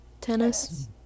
Tennis